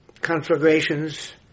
conflagrations